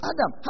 Adam